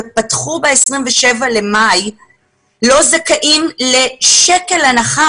ופתחו ב-27 במאי לא זכאים לשקל הנחה